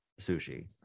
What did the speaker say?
sushi